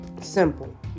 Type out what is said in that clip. simple